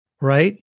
right